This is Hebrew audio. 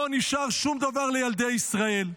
לא נשאר שום דבר לילדי ישראל.